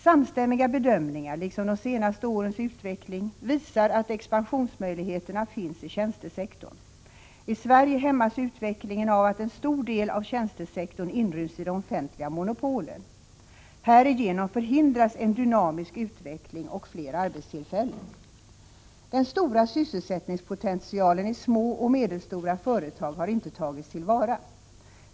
Samstämmiga bedömningar liksom de senaste årens utveckling visar att expansionsmöjligheterna finns i tjänstesektorn. I Sverige hämmas utvecklingen av att en stor del av tjänstesektorn inryms i de offentliga monopolen. Härigenom förhindras en dynamisk utveckling och fler arbetstillfällen. Den stora sysselsättningspotentialen i små och medelstora företag har inte tagits till vara.